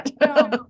no